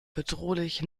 bedrohlich